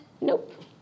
Nope